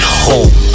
home